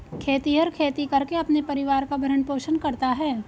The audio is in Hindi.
खेतिहर खेती करके अपने परिवार का भरण पोषण करता है